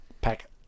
pack